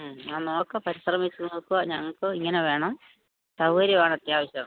ആ നോക്കാൻ പരിശ്രമിച്ച് നോക്കുക ഞങ്ങൾക്ക് ഇങ്ങനെ വേണം സൗകര്യവാണ് അത്യാവശ്യം